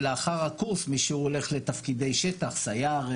ולאחר הקורס מי שהולך לתפקידי שטח: סייר,